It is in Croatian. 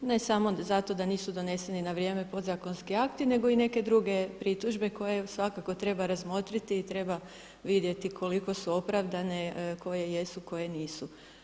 Ne samo zato da nisu doneseni na vrijeme podzakonski akti nego i neke druge pritužbe koje svakako treba razmotriti i treba vidjeti koliko su opravdane, koje jesu, koje nisu.